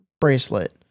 bracelet